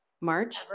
March